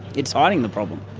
it's hiding the problem.